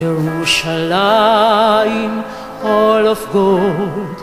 ירושלים, hall of gold